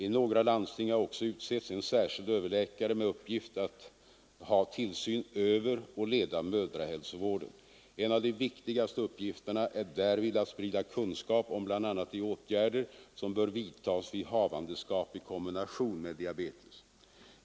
I några landsting har också utsetts en särskild överläkare med uppgift att ha tillsyn över och leda mödrahälsovården. En av de viktigaste uppgifterna är därvid att sprida kunskap om bl.a. de åtgärder som bör vidtas vid havandeskap i kombination med diabetes.